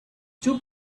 two